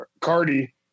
Cardi